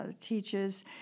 teaches